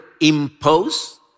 impose